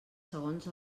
segons